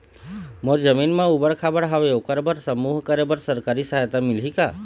मोर जमीन म ऊबड़ खाबड़ हावे ओकर बर समूह करे बर सरकारी सहायता मिलही का?